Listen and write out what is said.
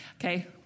Okay